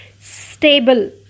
stable